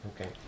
Okay